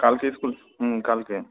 কালকে স্কুল হুম কালকে